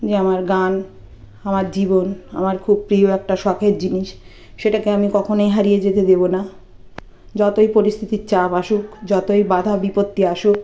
যে আমার গান আমার জীবন আমার খুব প্রিয় একটা শখের জিনিস সেটাকে আমি কখনোই হারিয়ে যেতে দেবো না যতোই পরিস্থিতির চাপ আসুক যতোই বাঁধা বিপত্তি আসুক